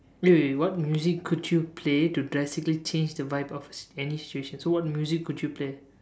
wait wait wait what music could you play to drastically change the vibe of any situation so what music could you play